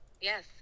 yes